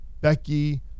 Becky